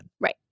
right